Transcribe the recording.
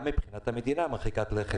גם מבחינת המדינה היא מרחיקת לכת.